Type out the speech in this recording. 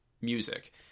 music